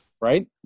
right